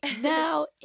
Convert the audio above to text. now